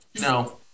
No